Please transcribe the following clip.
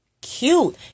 cute